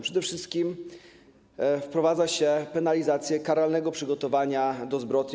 Przede wszystkim wprowadza się penalizację karalnego przygotowania do zbrodni.